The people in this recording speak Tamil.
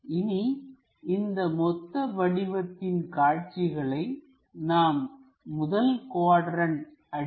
இனி இந்த மொத்த வடிவத்தின் காட்சிகளை நாம் முதல் குவாட்ரண்ட் அடிப்படையில் உருவாக்கலாம்